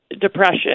depression